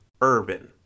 urban